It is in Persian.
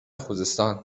خوزستان